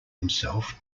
himself